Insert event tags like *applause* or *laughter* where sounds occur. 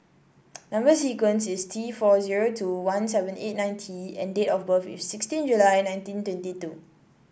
*noise* number sequence is T four zero two one seven eight nine T and date of birth is sixteen July nineteen twenty two